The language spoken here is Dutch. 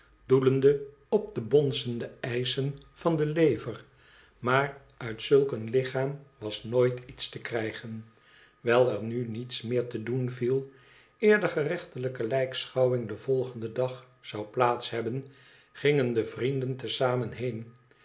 doelende op de bonzende eischen van de lever maar uit zulk een lichaam was nooit iets te krijgen wijl er nu niets meer te doen viel eer de gerechtelijke lijkschouwing den volgenden dag zou plaats hebben gingen de vrienden te zamen heen